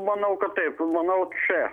manau kad taip manau č